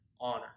honor